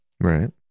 Right